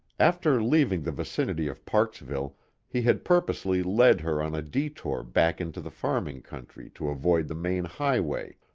after leaving the vicinity of parksville he had purposely led her on a detour back into the farming country to avoid the main highway,